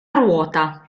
ruota